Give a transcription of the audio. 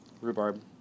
rhubarb